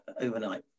overnight